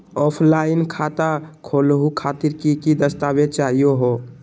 Offline खाता खोलहु खातिर की की दस्तावेज चाहीयो हो?